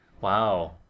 wow